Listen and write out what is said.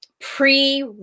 pre